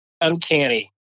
Uncanny